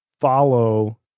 follow